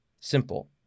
Simple